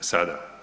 sada.